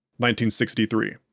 1963